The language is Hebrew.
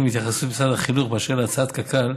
להתייחסות משרד החינוך באשר להצעת קק"ל,